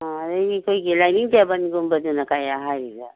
ꯑꯣ ꯑꯗꯒꯤ ꯑꯩꯈꯣꯏꯒꯤ ꯗꯥꯏꯅꯤꯡ ꯇꯦꯕꯜꯒꯨꯝꯕꯗꯨꯅ ꯀꯌꯥ ꯍꯥꯏꯔꯤꯖꯥꯠꯅꯣ